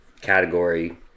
category